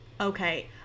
Okay